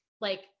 Like-